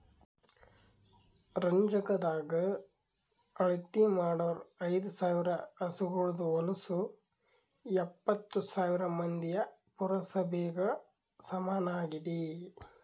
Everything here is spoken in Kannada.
ರಂಜಕದಾಗ್ ಅಳತಿ ಮಾಡೂರ್ ಐದ ಸಾವಿರ್ ಹಸುಗೋಳದು ಹೊಲಸು ಎಪ್ಪತ್ತು ಸಾವಿರ್ ಮಂದಿಯ ಪುರಸಭೆಗ ಸಮನಾಗಿದೆ